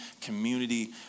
community